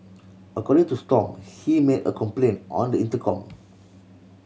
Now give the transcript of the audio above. according to Stomp he made a complaint on the intercom